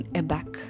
aback